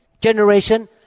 generation